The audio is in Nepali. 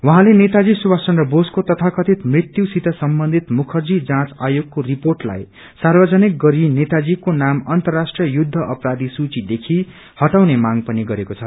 उहाँले नेताजी सुभाष चन्द्र बोसको तथाकथित मृत्युसित सम्बन्धित मुखर्जी जाँच आयोगको रिपोर्टलाई सार्वजनिक गरी नेताजीको नाम अन्तराष्ट्रीय युद्ध अपराधी सूचिदेखि हआउने मांग पनि गरेको छ